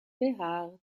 behaart